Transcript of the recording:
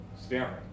staring